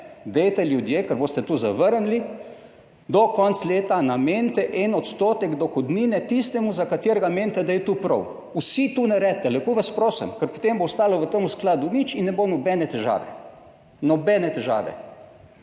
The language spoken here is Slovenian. ljudje, ker boste to zavrnili, do konca leta namenite 1 % dohodnine tistemu za katerega menite, da je to prav. Vsi to naredite, lepo vas prosim, ker potem bo ostalo v tem skladu nič in ne bo nobene težave. Nobene težave